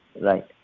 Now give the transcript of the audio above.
Right